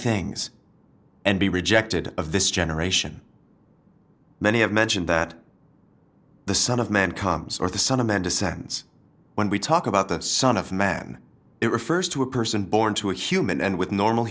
things and be rejected of this generation many have mentioned that the son of man comes or the son of man descends when we talk about the son of man it refers to a person born to a human and with normal